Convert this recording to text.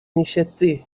нищеты